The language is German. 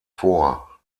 vor